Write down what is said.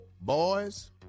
boys